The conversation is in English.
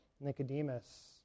Nicodemus